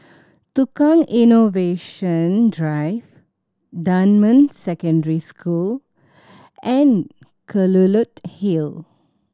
Tukang Innovation Drive Dunman Secondary School and Kelulut Hill